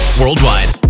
worldwide